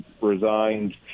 resigned